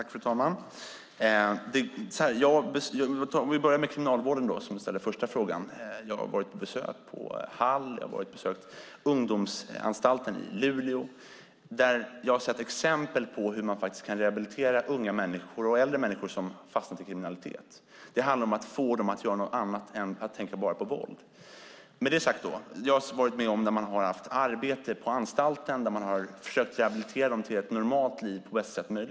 Fru talman! Jag ska börja med den första frågan som gällde kriminalvården. Jag har besökt Hall och ungdomsanstalten i Luleå där jag har sett exempel på hur man faktiskt kan rehabilitera unga människor och äldre människor som har fastnat i kriminalitet. Det handlar om att få dem att göra något annat än att bara tänka på våld. Jag har sett hur man har bedrivit arbete på anstalter och försökt rehabilitera människor till ett normalt liv på bästa möjliga sätt.